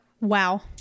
Wow